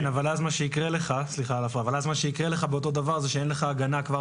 אבל אז מה שיקרה לך זה שאין לך הגנה כבר